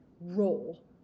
role